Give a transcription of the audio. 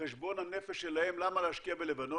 חשבון הנפש שלהם למה להשקיע בלבנון.